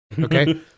okay